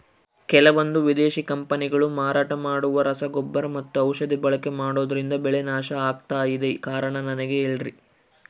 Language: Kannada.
ಕೆಲವಂದು ವಿದೇಶಿ ಕಂಪನಿಗಳು ಮಾರಾಟ ಮಾಡುವ ರಸಗೊಬ್ಬರ ಮತ್ತು ಔಷಧಿ ಬಳಕೆ ಮಾಡೋದ್ರಿಂದ ಬೆಳೆ ನಾಶ ಆಗ್ತಾಇದೆ? ಕಾರಣ ನನಗೆ ಹೇಳ್ರಿ?